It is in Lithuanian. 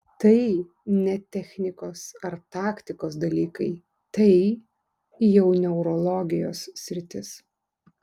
tai ne technikos ar taktikos dalykai tai jau neurologijos sritis